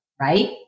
right